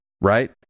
right